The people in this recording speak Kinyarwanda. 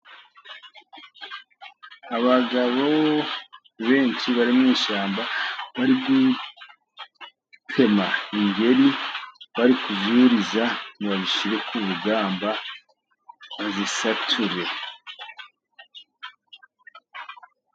Abagabo benshi bari mu ishyamba, bari gutema ingeri, bari kuzuriza ngo bazishyire ku bugamba, bazisature.